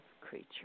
creature